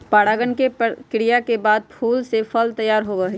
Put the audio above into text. परागण के क्रिया के बाद फूल से फल तैयार होबा हई